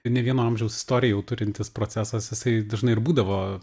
ir ne vieno amžiaus istoriją jau turintis procesas jisai dažnai būdavo